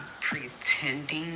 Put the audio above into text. pretending